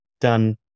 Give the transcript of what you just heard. done